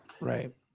Right